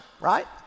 right